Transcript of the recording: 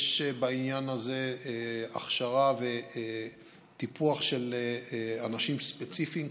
יש בעניין הזה הכשרה וטיפוח של אנשים ספציפיים,